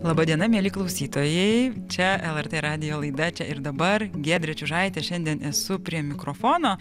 laba diena mieli klausytojai čia lrt radijo laida čia ir dabar giedrė čiužaitė šiandien esu prie mikrofono